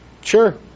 Sure